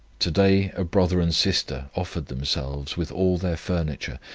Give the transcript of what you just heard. to-day a brother and sister offered themselves, with all their furniture,